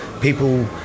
people